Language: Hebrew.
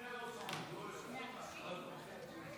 שני רוצחים באו מהצד